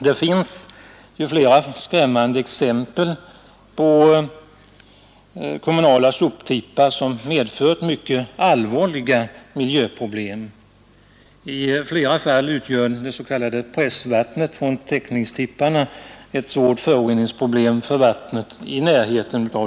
Det finns flera skrämmande exempel på kommunala soptippar som vållat mycket allvarliga miljöproblem. I flera fall medför det s.k. pressvattnet från täckningstipparna svår förorening av vattnet i närheten.